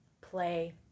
play